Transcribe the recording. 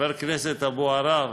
אבו עראר,